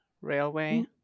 railway